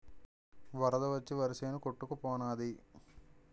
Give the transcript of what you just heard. వరద వచ్చి వరిసేను కొట్టుకు పోనాది